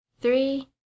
three